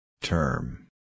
Term